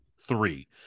three